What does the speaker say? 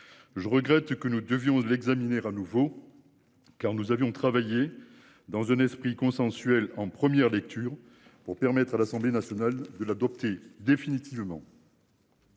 Je regrette que nous devions l'examiner à nouveau. Car nous avions travaillé dans un esprit consensuel en première lecture pour permettre à l'Assemblée nationale de l'adopter définitivement.